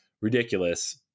ridiculous